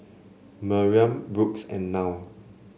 Miriam Brooks and Nile